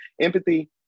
empathy